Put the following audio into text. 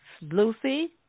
Lucy